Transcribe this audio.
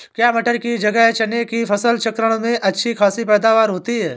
क्या मटर की जगह चने की फसल चक्रण में अच्छी खासी पैदावार होती है?